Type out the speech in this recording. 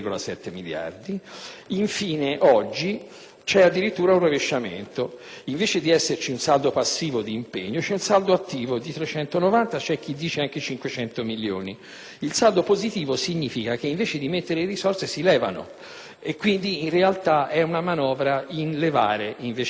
c'è addirittura un rovesciamento: invece di esservi un saldo passivo di impegno, c'è un saldo attivo di 390, e c'è chi dice anche 500 milioni. Il saldo positivo significa che invece di mettere risorse si levano, e quindi in realtà è una manovra in «levare», invece che in «mettere».